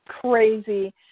crazy